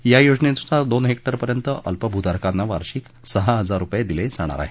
या योजनेनुसार दोन हेक्टरपर्यंत अल्पभूधारकांना वार्षिक सहा हजार रुपये दिले जाणार आहेत